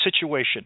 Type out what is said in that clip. situation